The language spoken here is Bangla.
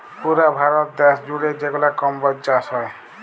পুরা ভারত দ্যাশ জুইড়ে যেগলা কম্বজ চাষ হ্যয়